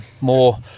more